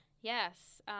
Yes